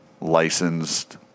Licensed